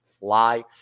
fly